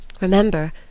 remember